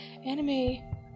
Anime